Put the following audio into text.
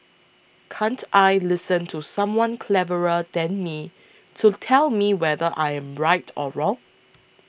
can't I listen to someone cleverer than me to tell me whether I am right or wrong